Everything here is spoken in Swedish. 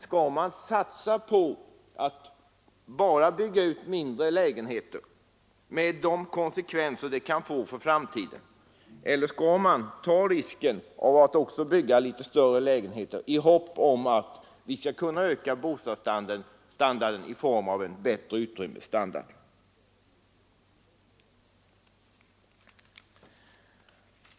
Man frågar sig där om man skall satsa på att bygga mindre lägenheter, med de konsekvenser detta kan få för framtiden, eller om man skall ta risken att också bygga litet större lägenheter, i hopp om att vi skall kunna få en bättre utrymmesstandard.